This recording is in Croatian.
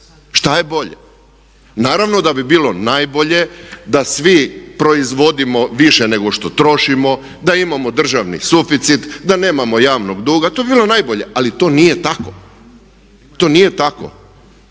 šta je bolje? Naravno da bi bilo najblje da svi proizvodimo više nego što trošimo, da imamo državni suficit, da nemamo javnog duga, to bi bilo najbolje ali to nije tako. To nije tako.